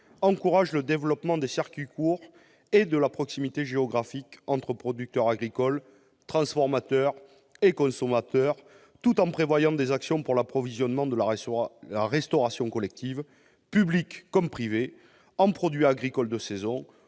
encourage le développement des circuits courts et de la proximité géographique entre producteurs agricoles, transformateurs et consommateurs. À cette fin, il préconise des actions pour favoriser l'approvisionnement de la restauration collective, publique comme privée, en produits agricoles de saison